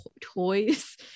toys